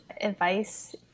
advice